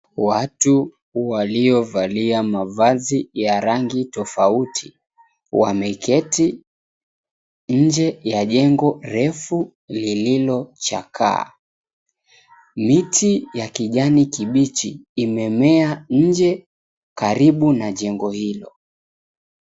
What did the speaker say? Watu waliovalia mavazi ya rangi tofauti wameketi nje ya jengo refu lililochakaa. Miti ya kijani kibichi imemea nje karibu na jengo hilo.